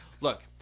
Look